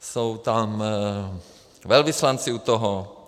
Jsou tam velvyslanci u toho.